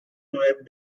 were